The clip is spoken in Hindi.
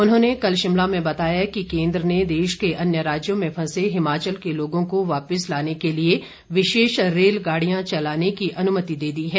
उन्होंने कल शिमला में बताया कि केन्द्र ने देश के अन्य राज्यों में फंसे हिमाचल के लोगों को वापिस लाने के लिए विशेष रेलगाड़ियां चलाने की अनुमति दे दी है